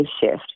shift